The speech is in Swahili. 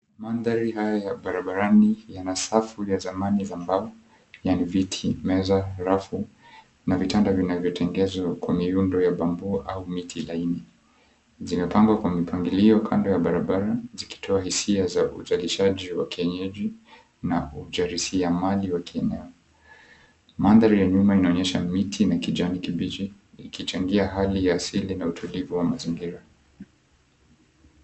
Mandhari haya ya barabarani yana safu ya zamani za mbao, yaani viti, meza, rafu na vitanda vinavyotengezwa kwa miundo ya bamboo au miti laini. Zimepangwa kwa mipangilio kando ya barabara zikitoa hisia za uzalishaji wa kienyeji na ujarisiamali wa kina. Mandhari ya nyuma inaonyesha miti na kijani kibichi ikichangia hali ya asili na utulivu wa mazingira.